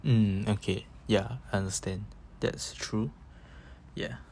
um okay ya understand that's true ya